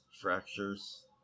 fractures